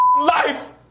life